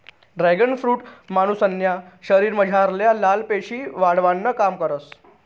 dragon fruit मानुसन्या शरीरमझारल्या लाल पेशी वाढावानं काम करस